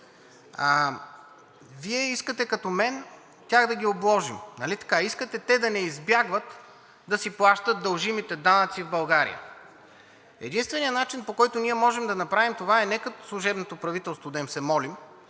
Вие като мен искате тях да ги обложим, нали така? Искате те да не избягват да си плащат дължимите данъци в България. Единственият начин, по който можем да направим това, е не като служебното правителство да им се молим